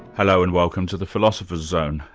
hello and welcome to the philosopher's zone,